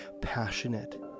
passionate